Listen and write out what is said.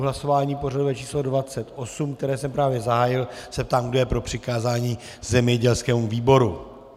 V hlasování pořadové číslo 28, které jsem právě zahájil, se ptám, kdo je pro přikázání zemědělskému výboru.